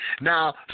Now